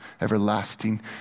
everlasting